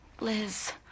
Liz